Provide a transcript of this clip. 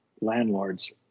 landlords